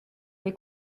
les